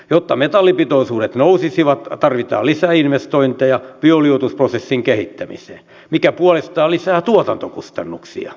jotta metallipitoisuudet nousisivat tarvitaan lisäinvestointeja bioliuotusprosessin kehittämiseen mikä puolestaan lisää tuotantokustannuksia